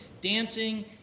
dancing